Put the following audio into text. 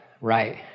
right